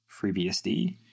FreeBSD